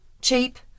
cheap